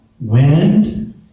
wind